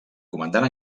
comandant